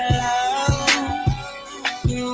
love